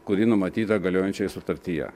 kuri numatyta galiojančioje sutartyje